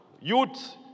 youth